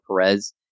Perez